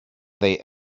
they